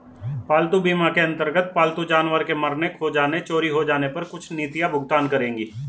पालतू बीमा के अंतर्गत पालतू जानवर के मरने, खो जाने, चोरी हो जाने पर कुछ नीतियां भुगतान करेंगी